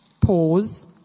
pause